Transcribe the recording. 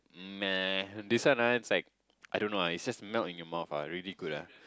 meh this one ah it's like I don't know ah it just melts in your mouth ah really good ah